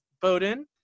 Bowden